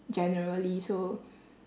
generally so